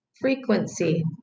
frequency